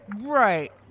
right